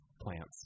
plants